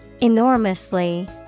Enormously